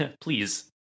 please